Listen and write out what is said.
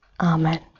amen